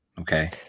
Okay